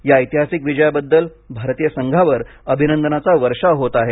या ऐतिहासिक विजयाबद्दल भारतीय संघावर अभिनंदनाचा वर्षाव होत आहे